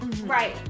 Right